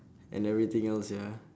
and everything else ya